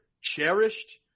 cherished